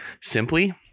simply